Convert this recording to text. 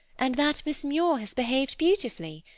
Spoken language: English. and that miss muir has behaved beautifully.